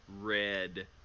red